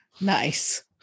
Nice